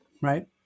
Right